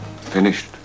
finished